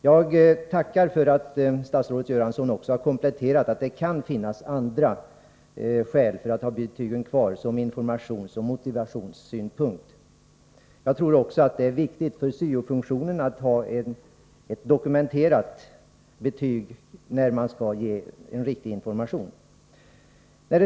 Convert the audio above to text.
Jag tackar för att statsrådet Göransson har kompletterat med upplysningen att det kan finnas andra skäl för att ha betygen kvar ur informationsoch motivationssynpunkt. Jag tror också att det är viktigt för syo-funktionen att ha ett dokumenterat betyg när man skall ge riktig information.